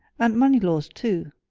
and moneylaws, too.